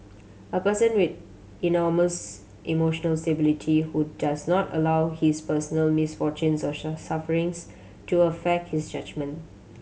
a person with enormous emotional stability who does not allow his personal misfortunes or sufferings to affect his judgement